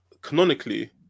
canonically